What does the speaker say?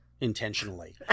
intentionally